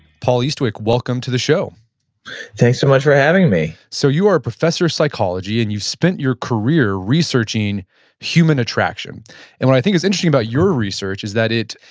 paul eastwick, welcome to the show thanks so much for having me so you are a professor of psychology and you've spent your career researching human attraction. and what i think is interesting about your research is that it,